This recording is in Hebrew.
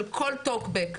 של כל טוקבק.